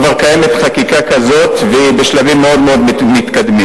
כבר קיימת חקיקה כזאת והיא בשלבים מאוד מאוד מתקדמים.